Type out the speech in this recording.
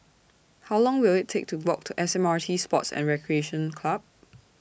How Long Will IT Take to Walk to S M R T Sports and Recreation Club